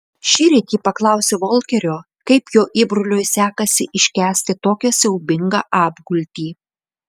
šįryt ji paklausė volkerio kaip jo įbroliui sekasi iškęsti tokią siaubingą apgultį